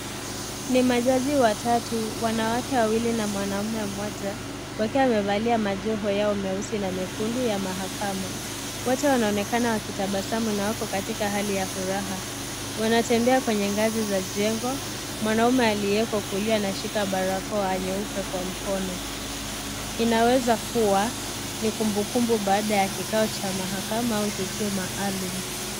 Ni majaji watatu, wanawake wawili na mwanaume mmoja wakiwa wamevalia majoho yao meusi na mekundu ya mahakama, wote wanaonekana wakitabasamu na wako katika hali ya furaha wanatembea kwenye ngazi za jengo, mwanaume aliyeko kulia anashika nyeupe kwa mkono, inaweza kuwa ni kumbukumbu baada ya kikao cha mahakama au tukio maalum.